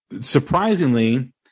surprisingly